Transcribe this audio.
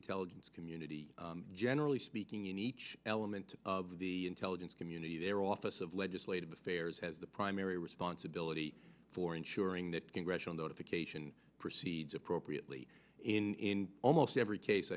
intelligence community generally speaking in each element of the intelligence community their office of legislative affairs has the primary responsibility for ensuring that congressional notification proceeds appropriately in almost every case